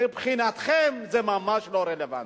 מבחינתכם זה ממש לא רלוונטי.